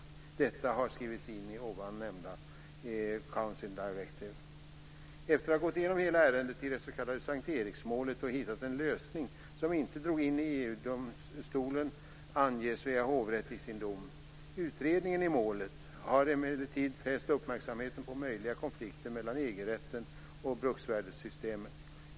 Detta har skrivits in i ovan nämnda council directive. Efter att ha gått igenom hela ärendet i det s.k. S:t Eriksmålet och hittat en lösning som inte drog in EU domstolen anger Svea hovrätt i sin dom: Utredningen i målet har emellertid fäst uppmärksamheten på möjliga konflikter mellan EG-rätten och bruksvärdessystemet.